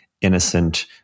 innocent